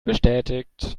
bestätigt